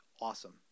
awesome